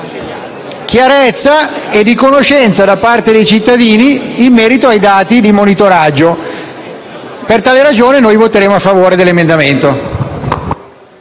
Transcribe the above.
chiarezza e di conoscenza per i cittadini in merito ai dati di monitoraggio. Per tale ragioni voteremo a favore dell'emendamento.